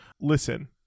Listen